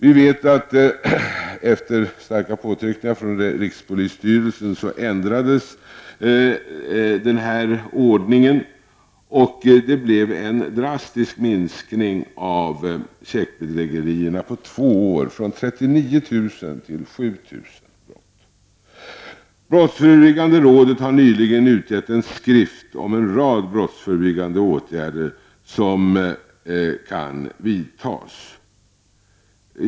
Vi vet att denna ordning efter starka påtryckningar från rikspolisstyrelsen ändrades, och följden blev en drastisk minskning av checkbedrägerierna på två år, från 39 000 till 7 000. Brottsförebyggande rådet har nyligen utgivit en skrift om en rad brottsförebyggande åtgärder som kan vidtas.